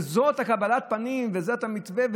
זו קבלת הפנים וזה המתווה,